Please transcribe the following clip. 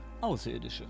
Außerirdische